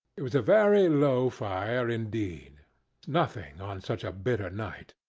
it was a very low fire indeed nothing on such a bitter night.